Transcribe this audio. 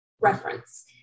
reference